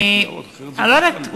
אני לא יודעת,